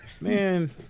Man